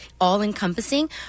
all-encompassing